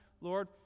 Lord